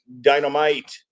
Dynamite